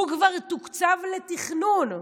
הוא כבר תוקצב לתכנון,